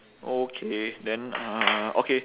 okay then uh okay